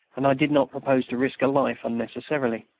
and i did not propose to risk a life unnecessarily.